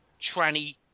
tranny